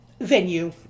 venue